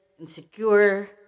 insecure